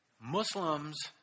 Muslims